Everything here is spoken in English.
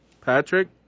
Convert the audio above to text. Patrick